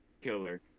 killer